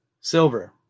Silver